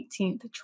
18th